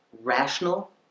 rational